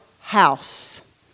house